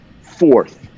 Fourth